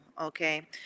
okay